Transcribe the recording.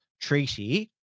treaty